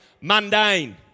mundane